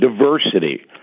diversity